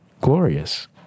glorious